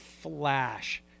Flash